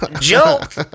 joke